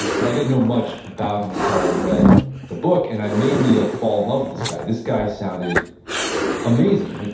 but i didn't know much about him until i read the book. and it made me like fall in love with this guy. this guy sounded amazing. like